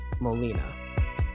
Molina